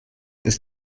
ist